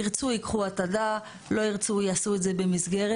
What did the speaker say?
ירצו יקחו --- לא ירצו, יעשו את זה במסגרת.